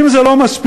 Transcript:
אם זה לא מספיק,